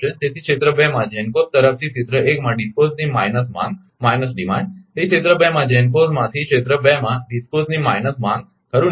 તેથી ક્ષેત્ર 2 માં GENCOs તરફથી ક્ષેત્ર 1 માં DISCOs ની માઈનસ માંગ તેથી ક્ષેત્ર 2 માં GENCOs માંથી ક્ષેત્ર 2 માં DISCOs ની માઈનસ માંગ ખરુ ને